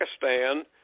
Pakistan